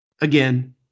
Again